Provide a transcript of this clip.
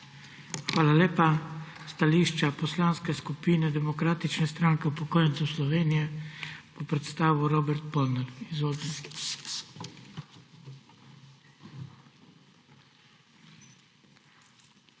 Hvala lepa. Stališče Poslanske skupine Demokratične stranke upokojencev Slovenije bo predstavil Robert Polnar. Izvolite.